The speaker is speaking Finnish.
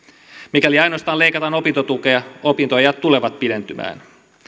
mikäli ainoastaan leikataan opintotukea opintoajat tulevat pidentymään